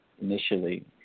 initially